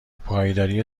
پایداری